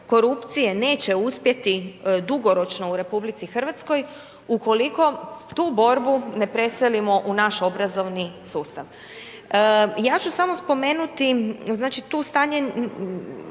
neće uspjeti dugoročno u RH ukoliko tu borbu ne preselimo u naš obrazovni sustav. Ja ću samo spomenuti, znači